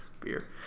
beer